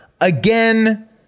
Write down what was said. again